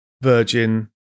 Virgin